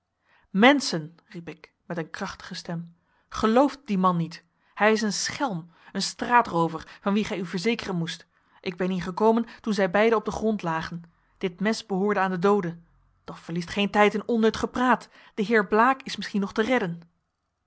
menschen riep ik met een krachtige stem gelooft dien man niet hij is een schelm een straatroover van wien gij u verzekeren moest ik ben hier gekomen toen zij beiden op den grond lagen dit mes behoorde aan den doode doch verliest geen tijd in onnut gepraat de heer blaek is misschien nog te redden